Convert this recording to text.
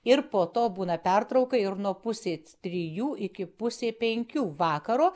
ir po to būna pertrauka ir nuo pusės trijų iki pusė penkių vakaro